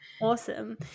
Awesome